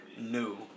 new